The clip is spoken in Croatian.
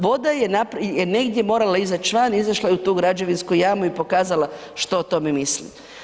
Voda je negdje morala izaći van, izašla je u tu građevinsku jamu i pokazala što o tome misli.